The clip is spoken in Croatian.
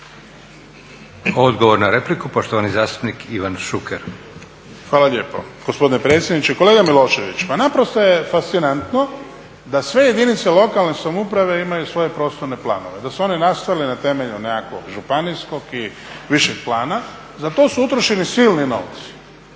Odgovor na repliku, poštovani zastupnik Ivan Šuker. **Šuker, Ivan (HDZ)** Hvala lijepo gospodine predsjedniče. Kolega Milošević, pa naprosto je fascinantno da sve jedinice lokalne samouprave imaju svoje prostorne planove, da su one nastale na temelju nekakvog županijskog i višeg plana, za to su utrošeni silni novci.